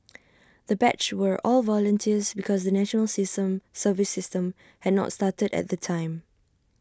the batch were all volunteers because the national system service system had not started at the time